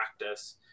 practice